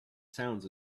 sounds